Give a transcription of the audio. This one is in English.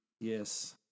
Yes